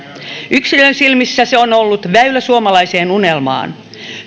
yksilön silmissä se on ollut väylä suomalaiseen unelmaan